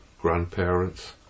grandparents